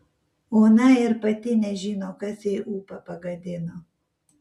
ona ir pati nežino kas jai ūpą pagadino